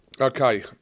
Okay